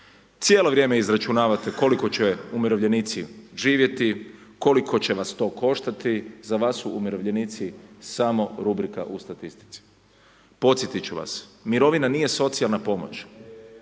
Cijelo vrijeme izračunavate koliko će umirovljenici živjeti, koliko će vas to koštati, za vas su umirovljenici samo rubrika u statistici. Podsjetit ću vas, mirovina nije socijalna pomoć,